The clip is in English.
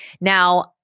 Now